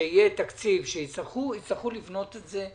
שיהיה תקציב שהצטרכו לבנות את זה,